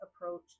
approach